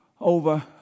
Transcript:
over